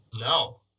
no